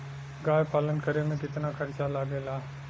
गाय पालन करे में कितना खर्चा लगेला?